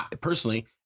personally